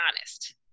honest